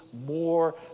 more